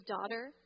daughter